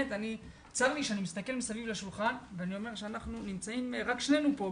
צר לי שאני מסתכל מסביב לשולחן ואני רואה שאנחנו נמצאים רק שנינו פה,